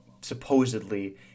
supposedly